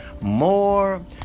more